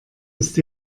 ist